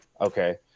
Okay